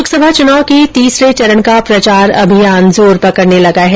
लोकसभा चुनाव के तीसरे चरण का प्रचार अभियान जोर पकड़ने लगा है